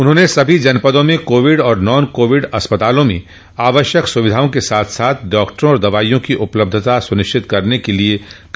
उन्होंने सभी जनपदों में कोविड और नॉन कोविड अस्पतालों में आवश्यक सुविधाओं के साथ साथ डॉक्टरों और दवाइयों की उपलब्धता सुनिश्चित करने के लिये कहा